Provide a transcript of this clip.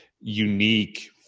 unique